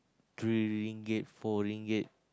three ringgit four ringgit